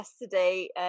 yesterday